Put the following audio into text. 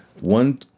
one